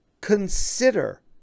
consider